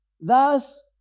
Thus